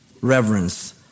Reverence